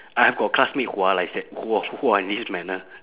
I have got classmate who are like that who are who are in this manner